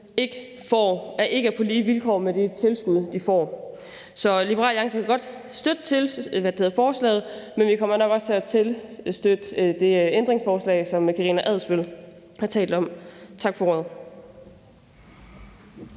ikke er på lige vilkår i de tilskud, de får. Liberal Alliance kan godt støtte forslaget, men vi kommer nok også til at støtte det ændringsforslag, som Karina Adsbøl har talt om. Tak for ordet.